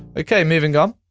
okay moving on.